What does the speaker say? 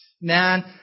Man